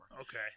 Okay